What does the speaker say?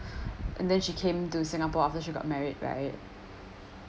and then she came to singapore after she got married right